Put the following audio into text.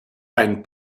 ein